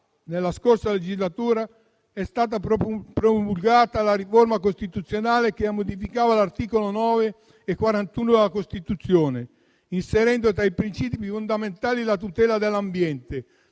nella scorsa legislatura, è stata promulgata la riforma costituzionale che modificava gli articoli 9 e 41 della Costituzione, inserendo tra i principi fondamentali la tutela dell'ambiente,